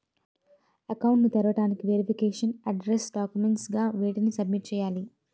Account ను తెరవటానికి verification address documents గా వేటిని సబ్మిట్ చేయాలి?